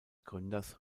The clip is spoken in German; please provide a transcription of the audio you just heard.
gründers